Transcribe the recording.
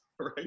Right